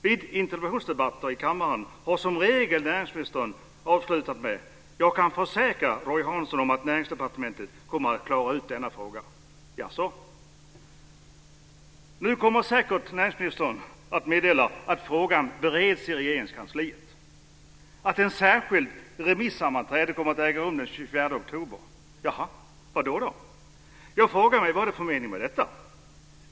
Vid interpellationsdebatter i kammaren har näringsministern som regel avslutat med att säga: Jag kan försäkra, Roy Hansson, att Näringsdepartementet kommer att klara ut denna fråga - jaså. Nu kommer näringsministern säkert att meddela att frågan bereds i Regeringskansliet och att ett särskilt remissammanträde kommer att äga rum den 24 oktober - jaha, vad då? Jag frågar mig vad det är för mening med detta.